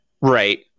Right